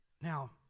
Now